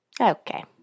Okay